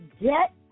get